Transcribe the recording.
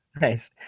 Nice